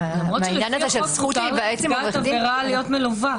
זכותה של נפגעת עבירה להיות מלווה.